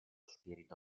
spirito